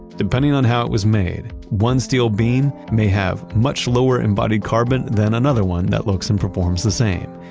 depending on how it was made, one steel beam may have much lower embodied carbon than another one that looks and performs the same.